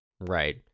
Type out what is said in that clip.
Right